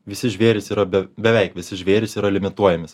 visi žvėrys yra beveik visi žvėrys yra limituojami